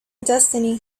destiny